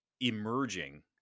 emerging